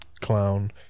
clown